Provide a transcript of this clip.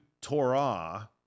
Torah